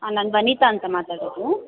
ಹಾಂ ನಾನು ವನಿತಾ ಅಂತ ಮಾತಾಡೋದು